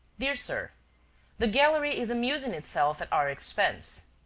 dear sir the gallery is amusing itself at our expense.